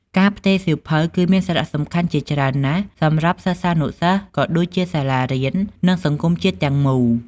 ការផ្ទេរសៀវភៅ គឺមានសារៈសំខាន់ជាច្រើនណាស់ សម្រាប់សិស្សានុសិស្ស ក៏ដូចជាសាលារៀន និងសង្គមជាតិទាំងមូល។